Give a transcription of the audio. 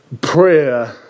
Prayer